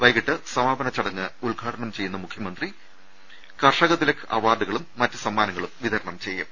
വൈകിട്ട് സമാപന ചടങ്ങ് ഉദ്ഘാടനം ചെയ്യുന്ന മുഖ്യമന്ത്രി പിണറായി വിജയൻ കർഷകതി ലക് അവാർഡുകളും മറ്റ് സമ്മാനങ്ങളും വിതരണം ചെയ്യും